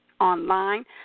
Online